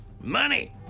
Money